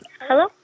hello